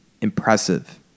impressive